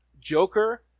Joker